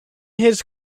his